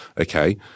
Okay